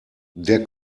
der